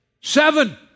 Seven